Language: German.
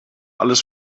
alles